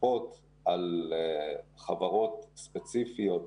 לכפות על חברות ספציפיות